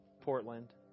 Portland